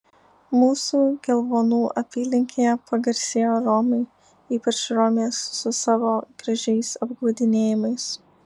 mūsų gelvonų apylinkėje pagarsėjo romai ypač romės su savo gražiais apgaudinėjimais